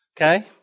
okay